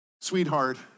sweetheart